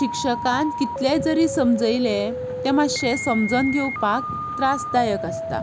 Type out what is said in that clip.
शिक्षकान कितले जरी समजयलें तें मातशें समजोन घेवपाक त्रासदायक आसता